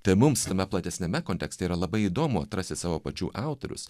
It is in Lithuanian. tai mums tame platesniame kontekste yra labai įdomu atrasti savo pačių autorius